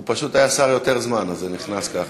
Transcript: הוא פשוט היה שר יותר זמן, אז זה נכנס ככה.